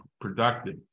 productive